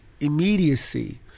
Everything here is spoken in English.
immediacy